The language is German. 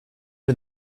den